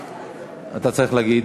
אתה צריך להגיד.